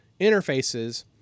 interfaces